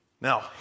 Now